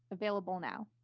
available now.